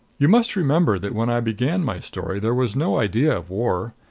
you must remember that when i began my story there was no idea of war.